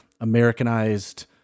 Americanized